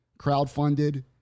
crowdfunded